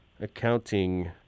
accounting